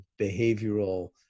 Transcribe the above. behavioral